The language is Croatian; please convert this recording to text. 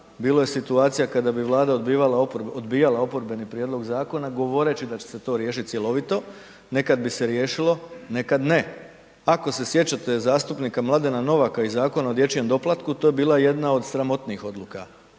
bilo je situacija kada bi Vlada odbijala oporbene prijedlog zakona govoreći da će se to riješiti cjelovito, nekad bise riješilo, nekad ne. Ako se sjećate zastupnika Mladena Novaka i Zakona o dječjem doplatku, to je bila jedna od sramotnijih odluka